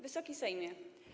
Wysoki Sejmie!